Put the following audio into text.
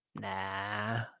Nah